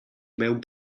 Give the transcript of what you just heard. mewn